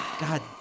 God